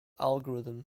algorithm